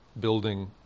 building